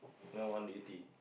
now one eighty